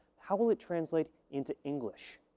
how will it translate into english.